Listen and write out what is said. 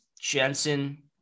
Jensen